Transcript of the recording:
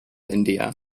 india